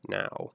now